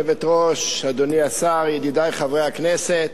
גברתי היושבת-ראש, אדוני השר, ידידי חברי הכנסת,